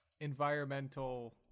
environmental